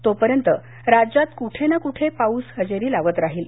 तोपर्यंत राज्यात कुठेना कुठे पाऊस हजेरी लावत राहील